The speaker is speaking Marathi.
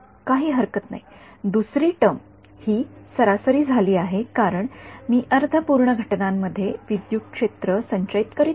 काही हरकत नाही दुसरी टर्म ही सरासरी झाली आहे कारण मी अर्ध पूर्ण घटनांमध्ये विद्युत क्षेत्र संचयित करीत नाही